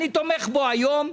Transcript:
אני תומך בו היום,